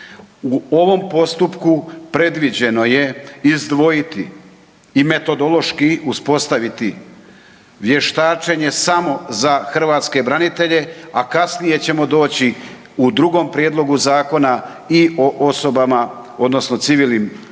U ovom postupku predviđeno je izdvojiti i metodološki uspostaviti vještačenje samo za hrvatske branitelje, a kasnije ćemo doći u drugom prijedlogu zakona i o osobama, odnosno civilnim žrtvama